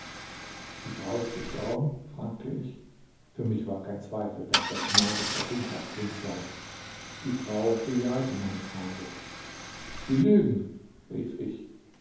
die frau ist gestorben fragte ich für mich war kein zweifel daß der knabe stasinkas kind sei die frau bejahte meine frage sie lügen rief ich